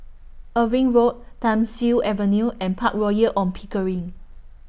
Irving Road Thiam Siew Avenue and Park Royal on Pickering